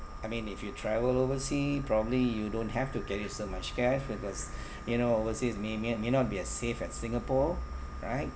I mean if you travel oversea probably you don't have to carry so much cash because you know overseas may may may not be a safe as singapore right